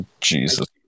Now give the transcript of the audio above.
Jesus